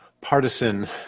partisan